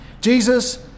Jesus